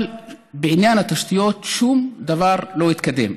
אבל בעניין התשתיות שום דבר לא התקדם.